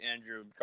andrew